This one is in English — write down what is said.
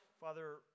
Father